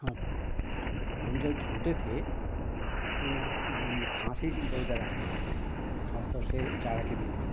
हाँ हम जब छोटे थे तो यह खाँसी बहुत ज़्यादा आती थी खास तौर से जाड़े के दिन में